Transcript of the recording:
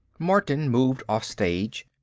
martin moved offstage,